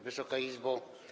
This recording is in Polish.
Wysoka Izbo!